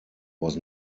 was